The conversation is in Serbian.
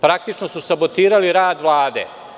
Praktično su sabotirali rad Vlade.